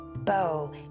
bow